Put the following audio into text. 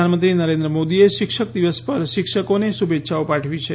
પ્રધાનમંત્રી નરેન્દ્ર મોદીએ શિક્ષક દિવસ પર શિક્ષકોને શુભેચ્છાઓ પાઠવી છે